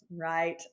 Right